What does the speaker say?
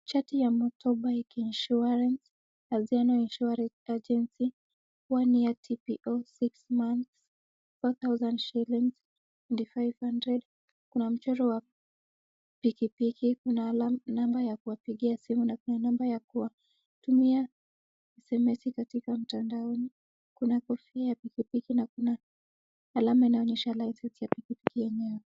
Chati ya MOTORBIKE INSURANCE, ANZIAHO INSURANCE AGENCY, 1 Year TPO 6 Months, Ksh 4,000, Ksh 2,500 , kuna mchoro wa pikipiki, kuna namba ya kuwapigia simu na kuna namba ya kuwatumia sms katika mtandaoni, kuna kofia ya pikipiki na kuna alama ya kuonyesha license ya pikipiki yenyewe.